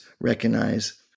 recognize